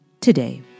today